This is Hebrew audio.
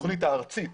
התוכנית הארצית